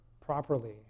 properly